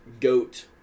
GOAT